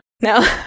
No